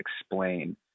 explain